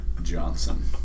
Johnson